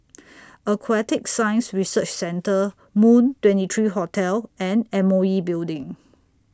Aquatic Science Research Centre Moon twenty three Hotel and M O E Building